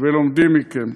ולומדים מכם.